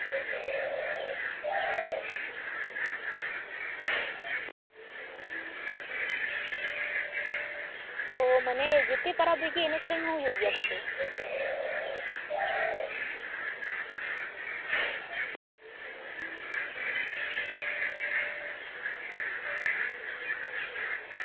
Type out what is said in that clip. ᱚ ᱢᱟᱱᱮ ᱡᱚᱛᱚ ᱯᱟᱨᱟᱵᱽ ᱨᱮᱜᱮ ᱮᱱᱮᱡ ᱥᱮᱨᱮᱧ ᱫᱚ ᱦᱩᱭᱩᱜ ᱜᱮᱭᱟ ᱛᱟᱯᱮ